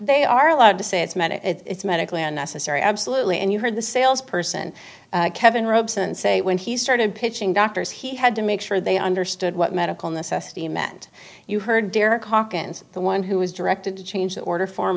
they are allowed to say it's made it's medically unnecessary absolutely and you heard the sales person kevin ropes and say when he started pitching doctors he had to make sure they understood what medical necessity meant you heard derek hawkins the one who was directed to change the order form